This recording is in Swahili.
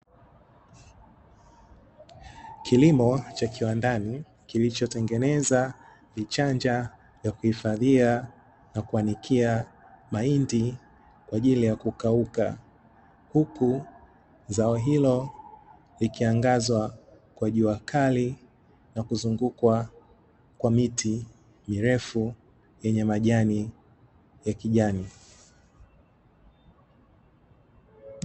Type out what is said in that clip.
Kilimo cha kiwandani kilichotengeneza vichanja vya kuhifadhia na kuanikia mahindi kwa ajili ya kukauka, huku zao hilo likiangazwa kwa jua kali na kuzungukwa kwa miti mirefu yenye majani ya kijani.